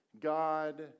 God